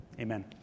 Amen